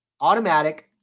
automatic